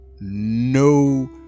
no